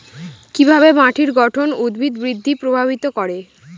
কিভাবে মাটির গঠন উদ্ভিদ বৃদ্ধি প্রভাবিত করে?